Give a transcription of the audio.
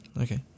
Okay